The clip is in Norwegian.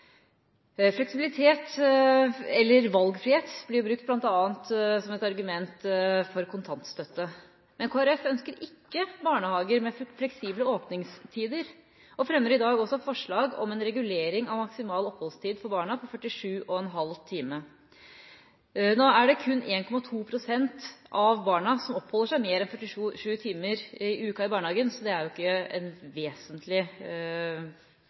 Fleksibilitet, eller valgfrihet, blir bl.a. brukt som et argument for kontantstøtte. Men Kristelig Folkeparti ønsker ikke barnehager med fleksible åpningstider og fremmer i dag også forslag om en regulering av maksimal oppholdstid for barna på 47,5 timer per uke. Nå er det kun 1,2 pst. av barna som oppholder seg mer enn 47 timer i uken i barnehagen, så forslaget som er fremmet her, vil ikke